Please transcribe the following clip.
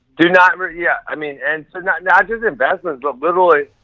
do not, yeah, i mean and so not not just investments but literally